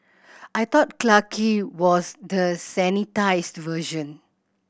I thought Clarke Quay was the sanitised version